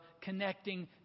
connecting